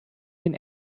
den